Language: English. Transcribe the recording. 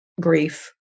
grief